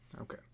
Okay